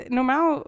normaal